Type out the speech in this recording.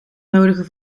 nodigen